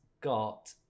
got